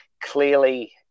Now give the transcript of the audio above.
clearly